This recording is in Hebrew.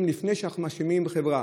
להסיק לפני שאנחנו מאשימים את החברה.